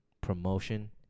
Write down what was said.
promotion